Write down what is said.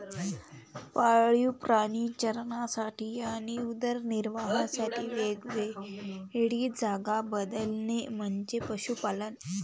पाळीव प्राणी चरण्यासाठी आणि उदरनिर्वाहासाठी वेळोवेळी जागा बदलणे म्हणजे पशुपालन